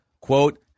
quote